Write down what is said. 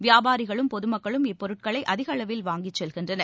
வியாபாரிகளும் பொதுமக்களும் இப்பொருட்களை அதிக அளவில் வாங்கி செல்கின்றனர்